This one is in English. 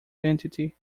entity